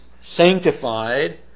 sanctified